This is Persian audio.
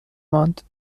ماند